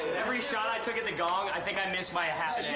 every shot i took at the gong, i think i missed by a half